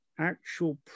actual